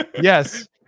yes